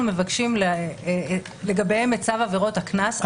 מבקשים לגביהם את צו עבירות הקנס,